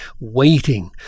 waiting